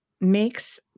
makes